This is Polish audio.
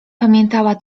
pamiętała